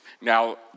Now